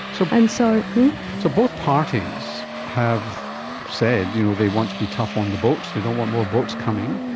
so and so so both parties have said you know they want to be tough on the boats, they don't want more boats coming.